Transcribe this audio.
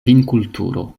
vinkulturo